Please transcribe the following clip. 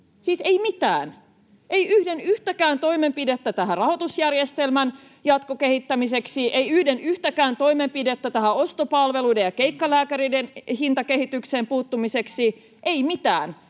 ei mitään — ei yhden yhtäkään toimenpidettä rahoitusjärjestelmän jatkokehittämiseksi, ei yhden yhtäkään toimenpidettä ostopalveluiden ja keikkalääkäreiden hintakehitykseen puuttumiseksi, ei mitään.